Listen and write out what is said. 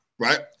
right